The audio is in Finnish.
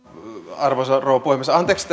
arvoisa rouva puhemies anteeksi